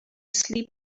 sleep